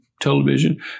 television